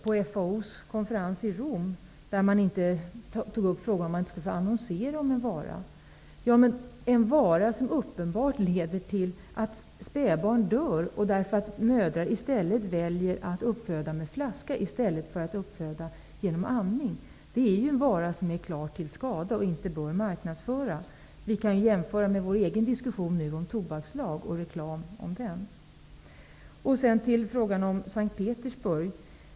På FAO:s konferens i Rom tog man upp frågan om man inte skulle få annonsera om en vara. Men en vara som uppenbart leder till att spädbarn dör därför att mödrar väljer att föda upp barnen med flaska i stället för att amma är ju en vara som är klart till skada och inte bör marknadsföras. Vi kan jämföra med vår egen diskussion om en tobakslag och reklam för tobak. Jag skall sedan säga något om projektet i S:t Petersburg.